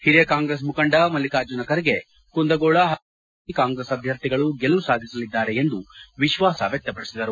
ಹಿರಿಯ ಕಾಂಗ್ರೆಸ್ ಮುಖಂಡ ಮಲ್ಲಿಕಾರ್ಜುನ ಖರ್ಗೆ ಕುಂದಗೋಳ ಹಾಗೂ ಚಿಂಚೋಳಿ ಕ್ಷೇತ್ರಗಳಲ್ಲಿ ಕಾಂಗ್ರೆಸ್ ಅಭ್ಯರ್ಥಿಗಳು ಗೆಲುವು ಸಾಧಿಸಲಿದ್ದಾರೆ ಎಂದು ವಿಶ್ವಾಸ ವ್ಯಕ್ತಪಡಿಸಿದರು